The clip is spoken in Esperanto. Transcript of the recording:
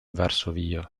varsovio